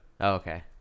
Okay